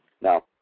Now